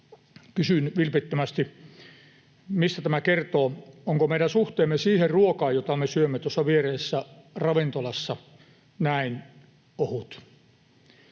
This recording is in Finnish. Kysyn vilpittömästi: Mistä tämä kertoo? Onko meidän suhteemme siihen ruokaan, jota me syömme tuossa viereisessä ravintolassa, näin ohut?